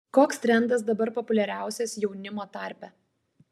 koks trendas dabar populiariausias jaunimo tarpe